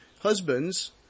Husbands